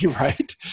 right